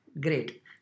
Great